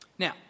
Now